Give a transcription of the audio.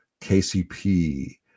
KCP